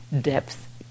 depth